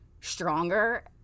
stronger